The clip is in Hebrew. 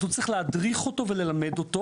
אז הוא צריך להדריך אותו וללמד אותו